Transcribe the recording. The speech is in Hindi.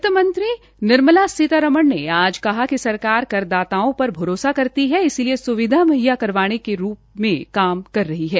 वित्त मंत्री निर्मला सीतारमन ने आज कहा कि सरकार करदाताओं पर भरोसा करती है इसलिए स्विधा मुहैया करवाने के रूप में काम कर रही है